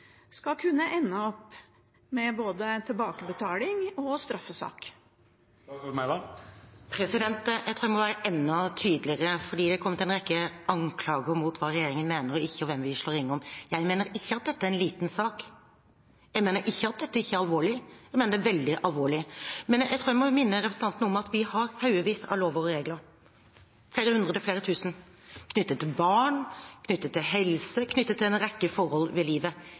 skal kunne ende opp med både tilbakebetaling og straffesak? Jeg tror jeg må være enda tydeligere, for det har kommet en rekke anklager om hva regjeringen mener og ikke mener, og hvem vi slår ring om. Jeg mener ikke at dette er en liten sak. Jeg mener ikke at dette ikke er alvorlig. Jeg mener det er veldig alvorlig. Jeg tror jeg må minne representanten om at vi har haugevis av lover og regler – flere hundre til flere tusen – knyttet til barn, knyttet til helse, knyttet til en rekke forhold ved livet.